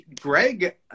greg